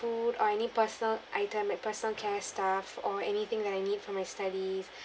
food or any personal items and personal care stuff or anything that I need for my studies